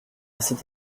cette